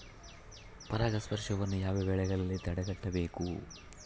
ಪರಾಗಸ್ಪರ್ಶವನ್ನು ಯಾವ ಬೆಳೆಗಳಲ್ಲಿ ತಡೆಗಟ್ಟಬೇಕು?